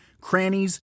crannies